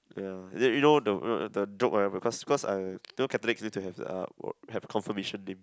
ya you know the the joke right because because I you know Catholics need to have uh confirmation name